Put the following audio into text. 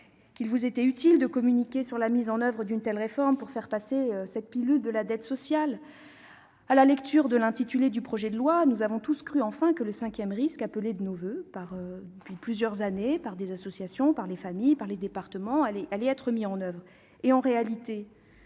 : il vous a été utile de communiquer sur la mise en oeuvre d'une telle réforme pour faire passer la pilule de la dette sociale ! À la lecture de l'intitulé du projet de loi, nous avons tous cru qu'enfin le cinquième risque, que nous appelons de nos voeux depuis plusieurs années avec les associations, les familles et les départements, allait être mis en oeuvre. En réalité,